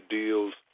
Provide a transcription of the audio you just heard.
deals